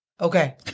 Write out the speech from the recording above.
Okay